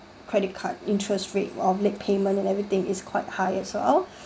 credit card interest rate of late payment and everything is quite high as well